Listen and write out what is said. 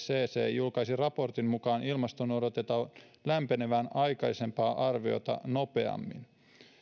julkaiseman raportin mukaan ilmaston odotetaan lämpenevän aikaisempaa arviota nopeammin